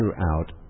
throughout